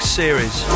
series